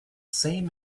same